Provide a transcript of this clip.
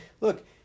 look